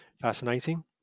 fascinating